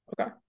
Okay